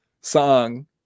song